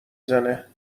زنه